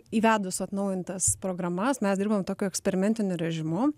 įvedus atnaujintas programas mes dirbam tokiu eksperimentiniu režimu